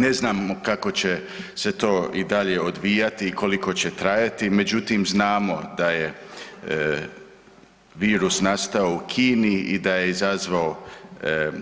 Ne znamo kako će se to i dalje odvijati i koliko će trajati, međutim znamo da je virus nastao u Kini i da je izazvao